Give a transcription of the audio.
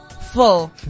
full